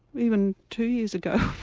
even two years ago